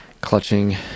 clutching